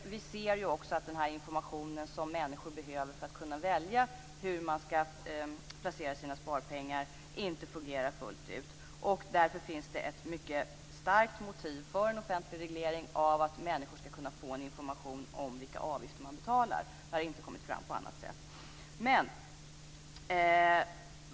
Vi ser också att den information som människor behöver för att kunna välja hur man skall placera sina sparpengar inte fungerar fullt ut. Därför finns det ett mycket starkt motiv för en offentlig reglering, att människor skall kunna få en information om vilka avgifter man betalar. Det har inte kommit fram på annat sätt.